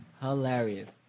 Hilarious